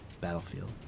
battlefield